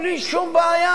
בלי שום בעיה,